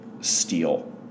steel